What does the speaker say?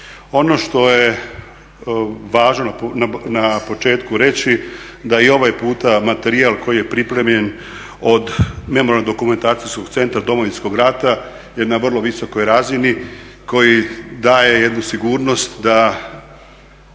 Ono što je važno na početku reći da i ovaj puta materijal koji je pripremljen od Memorijalno dokumentacijskog centra Domovinskog rata je na vrlo visokoj razini koji daje jednu sigurnost da